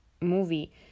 movie